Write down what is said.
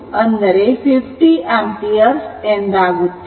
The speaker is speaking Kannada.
2 50 ಆಂಪಿಯರ್ ಎಂದಾಗುತ್ತದೆ